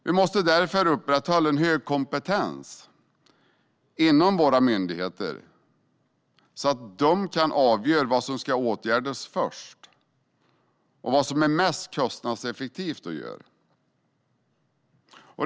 Vi måste därför upprätthålla en hög kompetens inom våra myndigheter, så att de kan avgöra vad som ska åtgärdas först och vad som är mest kostnadseffektivt att göra.